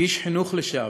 כאיש חינוך לשעבר,